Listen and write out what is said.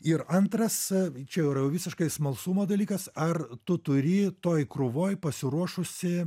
ir antras čia jau yra visiškai smalsumo dalykas ar tu turi toj krūvoj pasiruošusi